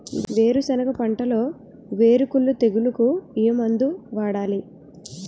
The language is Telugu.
వేరుసెనగ పంటలో వేరుకుళ్ళు తెగులుకు ఏ మందు వాడాలి?